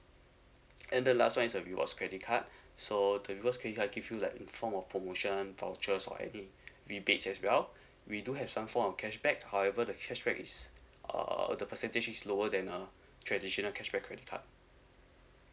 and the last one is a rewards credit card so the rewards can like give you like in the form of promotion vouchers or any rebates as well we do have some form of cashback however the cashback is uh the percentage is lower than a traditional cashback credit card